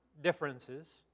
differences